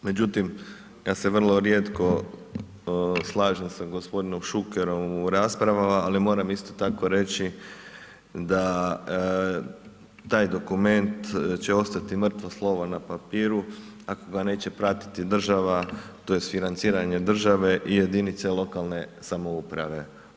Međutim, ja se vrlo rijetko slažem sa gospodinom Šukerom u raspravama ali moram isto tako reći da taj dokument će ostati mrtvo slovo na papiru ako ga neće pratiti država, tj. financiranje države i jedinice lokalne samouprave.